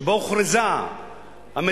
שבו הוכרזה המדינה,